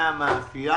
מהמאפייה